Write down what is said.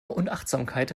unachtsamkeit